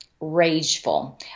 rageful